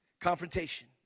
confrontation